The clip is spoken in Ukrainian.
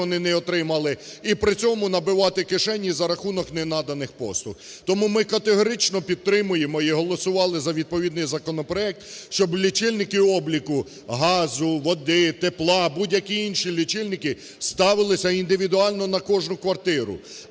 вони не отримали, і при цьому набивати кишені за рахунок ненаданих послуг. Тому ми категорично підтримуємо і голосували за відповідний законопроект, щоб лічильники обліку газу, води, тепла, будь-які інші лічильники ставилися індивідуально на кожну квартиру,